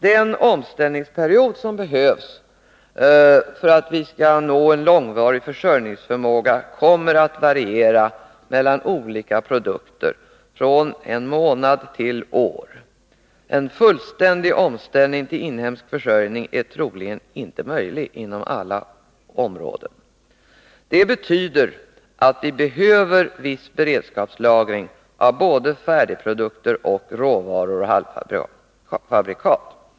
Den omställningsperiod som behövs för att vi skall nå en långvarig försörjningsförmåga kommer att variera mellan olika produkter, från enstaka månader till år. En fullständig omställning till inhemsk försörjning är troligen inte möjlig inom alla områden. Det betyder att vi behöver viss beredskapslagring av såväl färdigprodukter som råvaror och halvfabrikat.